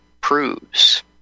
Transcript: proves